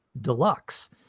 deluxe